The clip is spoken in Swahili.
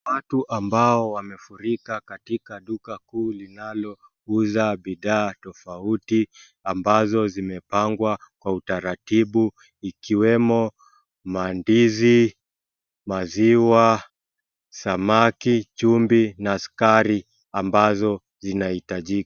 Waatu ambao wamefurika katika duka kuu linalo uza bidhaa tofauti ambazo aimepangwa kwa utaratibu ikiwemo , mandizi ,maziwa , samaki ,chimvi na sukari ambazo zinahitajika.